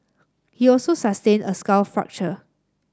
he also sustained a skull fracture